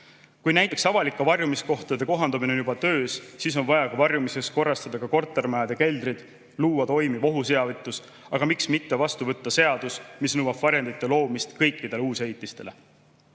Kui näiteks avalike varjumiskohtade kohandamine on juba töös, siis on vaja varjumiseks korrastada ka kortermajade keldrid, luua toimiv ohuteavitus, aga miks mitte vastu võtta seadus, mis nõuab varjendite loomist kõikidele uusehitistele.